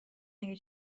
اگه